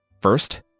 First